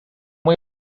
muy